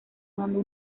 mando